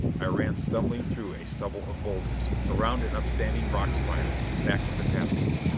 i ran stumbling through a stubble of boulders, around an upstanding rock spire, back to the path again.